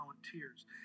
volunteers